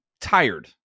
tired